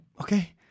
Okay